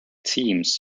teams